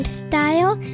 style